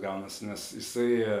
gaunasi nes jisai